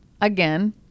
again